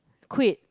quit